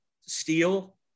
steel